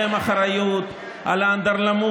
אין לך קואליציה שמסוגלת להעביר את הדברים האלה.